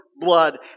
blood